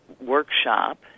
workshop